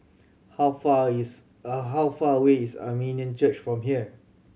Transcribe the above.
how far is how far away is a minion Church from here